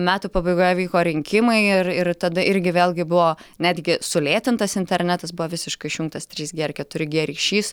metų pabaigoje vyko rinkimai ir ir tada irgi vėlgi buvo netgi sulėtintas internetas buvo visiškai išjungtas trys g ir keturi g ryšys